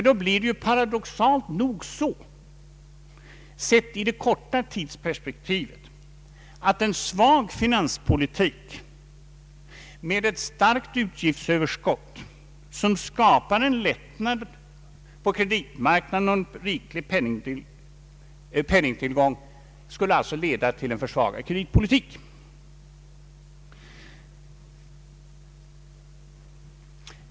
Då blir det paradoxalt nog så, sett i det korta tidsperspektivet, att en svag finanspolitik med ett stort utgiftsöverskott, som skapar en lättnad på kreditmarknaden och en riklig penningtillgång, leder till en försvagad kreditpolitik.